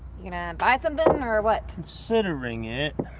you gonna buy something or what? considering it.